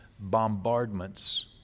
bombardments